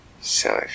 silly